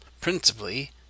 principally